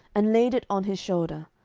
and laid it on his shoulder,